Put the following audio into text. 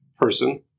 person